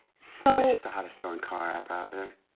so. it's just the hottest selling car app out there.